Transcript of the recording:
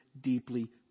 deeply